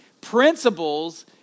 principles